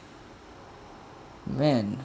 man